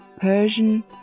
Persian